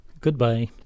Goodbye